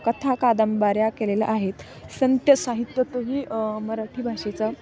कथा कादंबऱ्या केलेल्या आहेत संतसाहित्यातही मराठी भाषेचं